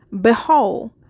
behold